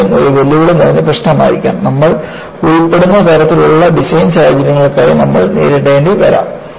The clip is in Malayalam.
ബക്ക്ലിംഗ് ഒരു വെല്ലുവിളി നിറഞ്ഞ പ്രശ്നമായിരിക്കാം നമ്മൾ ഉൾപ്പെട്ടിരിക്കുന്ന തരത്തിലുള്ള ഡിസൈൻ സാഹചര്യങ്ങൾക്കായി നമ്മൾ നേരിടേണ്ടിവരാം